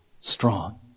strong